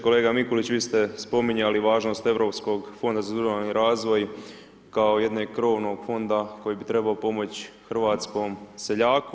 Kolega Mikulić, vi ste spominjali važnost Europskog fonda za ruralni razvoj, kao jednog krovnog Fonda koji bi trebao pomoći hrvatskom seljaku.